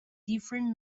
different